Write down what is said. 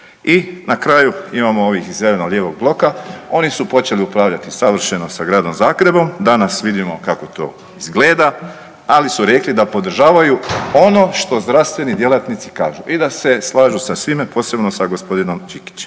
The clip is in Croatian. I na kraju imamo ovih iz Zeleno-lijevog bloka. Oni su počeli upravljati savršeno sa Gradom Zagrebom. Danas vidimo kako to izgleda, ali su rekli da podržavaju ono što zdravstveni djelatnici kažu i da se slažu sa svime posebno sa gospodinom Đikićem.